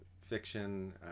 fiction